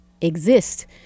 exist